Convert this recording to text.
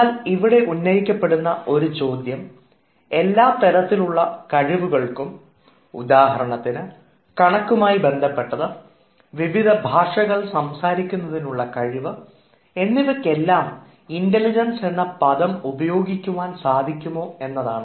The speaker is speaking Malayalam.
എന്നാൽ ഇവിടെ ഉന്നയിക്കപ്പെടുന്ന ഒരു ചോദ്യം എല്ലാ തരത്തിലുള്ള കഴിവുകൾക്കും ഉദാഹരണത്തിന് കണക്കുമായി ബന്ധപ്പെട്ടത് വിവിധ ഭാഷകൾ സംസാരിക്കുന്ന അതിനുള്ള കഴിവ് എന്നിവയ്ക്കെല്ലാം ഇൻറലിജൻസ് എന്ന പദം ഉപയോഗിക്കുവാൻ സാധിക്കുമോ എന്നതാണ്